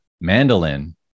Mandolin